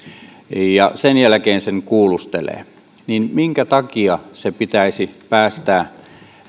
ja sen jälkeen sen kuulustelee niin minkä takia hänet pitäisi päästää